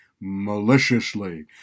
maliciously